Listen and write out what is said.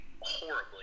horribly